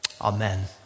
Amen